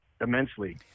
immensely